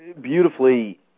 beautifully